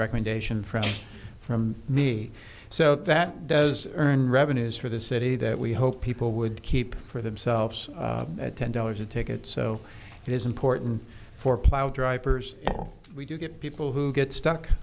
recommendation from from me so that does earn revenues for the city that we hope people would keep for themselves at ten dollars a ticket so it is important for plow drivers we do get people who get stuck